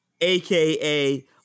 aka